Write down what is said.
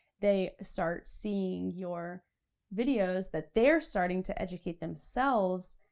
they start seeing your videos that they're starting to educate themselves,